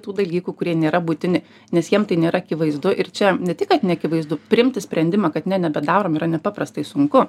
tų dalykų kurie nėra būtini nes jiem tai nėra akivaizdu ir čia ne tik kad ne akivaizdu priimti sprendimą kad ne nebedarom yra nepaprastai sunku